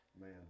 Man